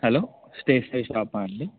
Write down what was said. hello stationery షాపా అండీ